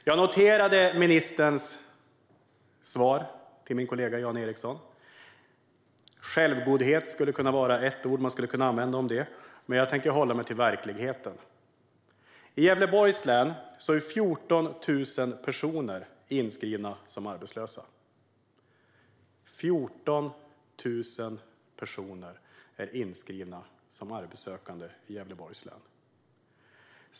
Jag noterade ministerns svar till min kollega Jan Ericson. Självgodhet är ett ord man skulle kunna använda om det, men jag tänker hålla mig till verkligheten. I Gävleborgs län är 14 000 personer inskrivna som arbetslösa. 14 000 personer är inskrivna som arbetssökande i Gävleborgs län.